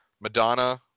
Madonna